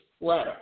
letter